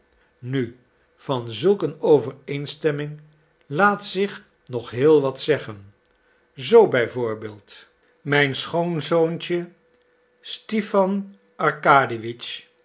nu van zulk een overeenstemming laat zich nog heel wat zeggen zoo b v mijn schoonzoontje